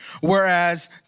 whereas